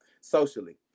Socially